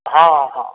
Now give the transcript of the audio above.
हॅं हॅं